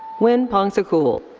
win pongsakul.